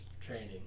training